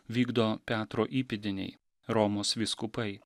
vykdo petro įpėdiniai romos vyskupai